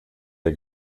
der